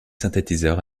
synthétiseurs